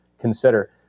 consider